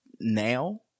now